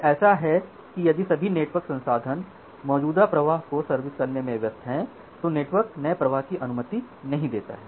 यह ऐसा है कि यदि सभी नेटवर्क संसाधन मौजूदा प्रवाह को सर्विस करने में व्यस्त हैं तो नेटवर्क नए प्रवाह की अनुमति नहीं देता है